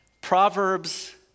Proverbs